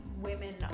women